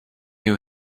you